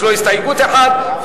יש לו הסתייגות אחת,